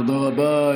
תודה רבה.